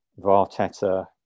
Varteta